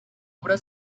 obra